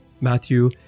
Matthew